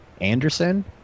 Anderson